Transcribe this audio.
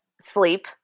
sleep